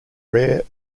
rare